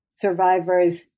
Survivors